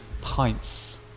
pints